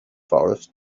forest